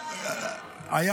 אצלי במועצה זה לא היה.